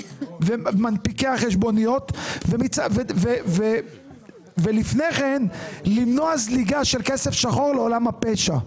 ומנפיקי החשבוניות ולפני כן למנוע זליגה של כסף שחור לעולם הפשע.